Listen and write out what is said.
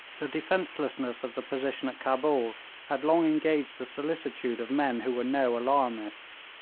the defencelessness of the position at cabul had long engaged the solicitude of men who were no alarmists.